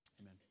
Amen